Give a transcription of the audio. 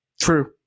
True